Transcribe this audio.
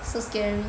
so scary